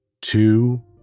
two